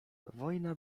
wojna